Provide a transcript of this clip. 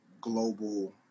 global